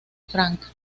frank